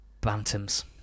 Bantams